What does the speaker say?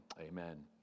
amen